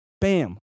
Bam